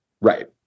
Right